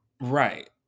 Right